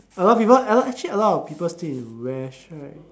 a lot people a lot actually a lot of people still in right